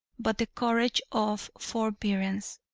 but the courage of forbearance.